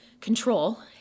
control